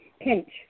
pinch